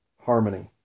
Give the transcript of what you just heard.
harmony